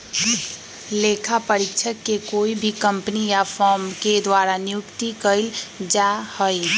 लेखा परीक्षक के कोई भी कम्पनी या फर्म के द्वारा नियुक्त कइल जा हई